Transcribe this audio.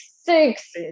six